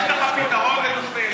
יש לך פתרון לתושבי אילת?